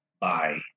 Bye